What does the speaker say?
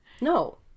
No